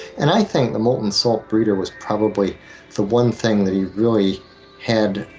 and i think the molten-salt breeder was probably the one thing that he really had